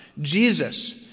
Jesus